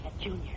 Junior